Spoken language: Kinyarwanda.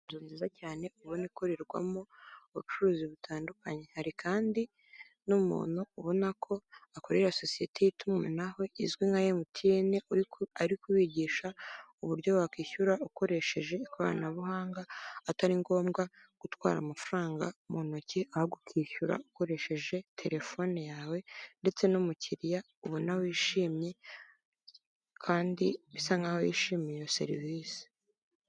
Cyane ubona ikorerwamo ubucuruzi butandukanye hari kandi n'umuntu ubona ko akorera sosiyete y'itumanaho izwi nka emutiyene ariko wigisha uburyo wakwishyura ukoresheje ikoranabuhanga atari ngombwa gutwara amafaranga mu ntoki ahubwo ukishyura ukoresheje telefone yawe ndetse n'umukiriya ubona wishimye kandi bisa nkaho wishimiye iyo serivisi.